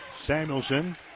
Samuelson